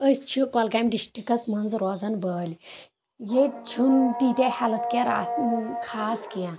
أس چھِ گۄلگامۍ ڈسٹکس منٛز روزان وٲلۍ ییٚتہِ چھنہٕ تیٖتیاہ ہٮ۪لتھ کیر آسان خاص کینٛہہ